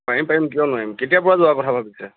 পাৰিম পাৰিম কিয় নোৱাৰিম কেতিয়াৰ পৰা যোৱাৰ কথা ভাবিছে